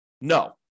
No